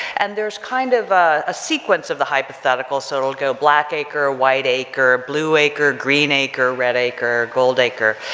and there's kind of a sequence of the hypothetical so it'll go black acre, white acre, blue acre, green acre, red acre, gold acre,